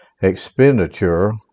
Expenditure